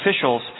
officials